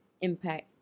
impact